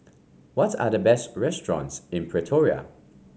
what are the best restaurants in Pretoria